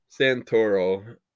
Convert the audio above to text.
Santoro